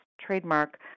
trademark